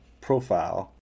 profile